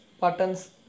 buttons